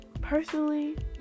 personally